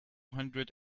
hundred